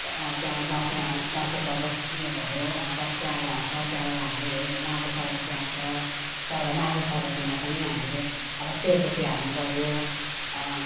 त्यहाँबाट दसैँ आउँ दसैँको अब उयो भयो अन्त तिहारहरू आउँछ त्यहाँबाट हामीले यो माघे सङ्क्रान्ति आउँछ त्यहाँबाट माघे सङ्क्रान्तिमा पनि हामीले अब सेलरोटी हाल्नु पर्यो